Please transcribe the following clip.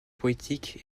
poétique